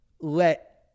let